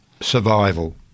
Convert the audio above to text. survival